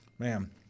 Man